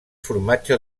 formatge